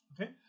Okay